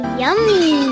yummy